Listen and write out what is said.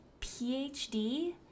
PhD